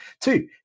Two